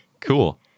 Cool